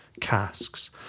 casks